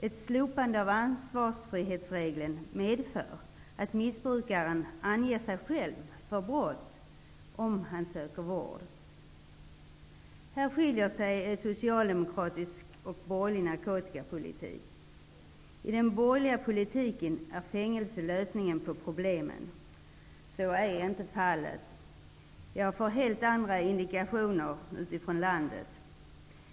Ett slopande av ansvarsfrihetsregeln medför att missbrukaren anger sig själv för brott om han söker vård. Här skiljer sig socialdemokratisk och borgerlig narkotikapolitik. I den borgerliga politiken är fängelse lösningen på problemen. Så är inte fallet! Jag får helt andra indikationer utifrån landet.